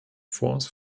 force